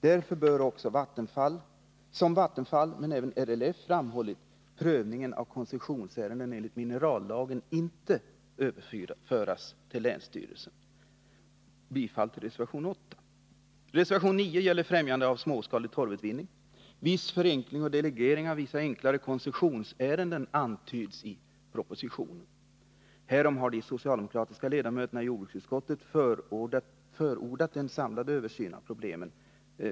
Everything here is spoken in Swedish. Därför bör, som också Vattenfall och RLF framhållit, prövningen av koncessionsärenden enligt minerallagen inte överföras till länsstyrelse. Jag yrkar bifall till reservation 8. Reservation 9 gäller främjande av småskalig torvutvinning. Viss förenkling och delegering av vissa enklare koncessionsärenden antyds i propositionen. Härom har de socialdemokratiska ledamöterna i jordbruksutskottet förordat en samlad översyn av problemen.